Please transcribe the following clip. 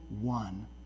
one